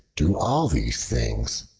do all these things.